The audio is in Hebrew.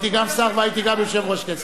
הייתי גם שר והייתי גם יושב-ראש כנסת.